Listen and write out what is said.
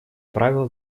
правила